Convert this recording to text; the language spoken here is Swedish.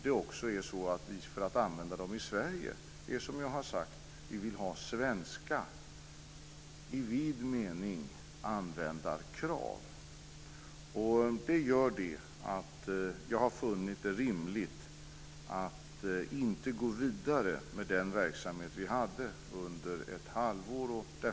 Vi vill ha i vid mening svenska användarkrav. Därför har jag funnit det rimligt att inte gå vidare med den gåvoverksamhet vi hade under ett halvår.